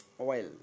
Oil